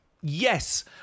Yes